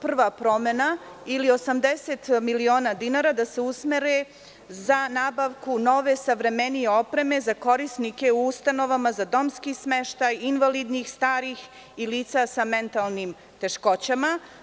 Prva promena ili 80 miliona dinara da se usmere za nabavku nove savremenije opreme za korisnije u ustanovama za domski smeštaj, invalidnih, starih i lica sa mentalnim teškoćama.